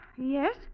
Yes